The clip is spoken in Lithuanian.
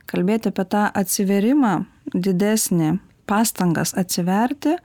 kalbėt apie tą atsivėrimą didesnį pastangas atsiverti